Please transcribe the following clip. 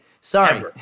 sorry